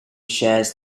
shares